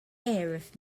arif